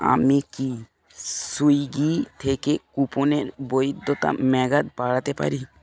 আমি কি সুইগি থেকে কুপনের বৈধতার মেয়াদ বাড়াতে পারি